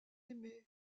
aimé